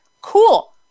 Cool